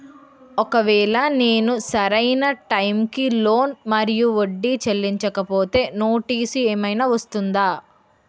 ఒకవేళ నేను సరి అయినా టైం కి లోన్ మరియు వడ్డీ చెల్లించకపోతే నోటీసు ఏమైనా వస్తుందా?